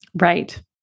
Right